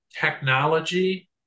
technology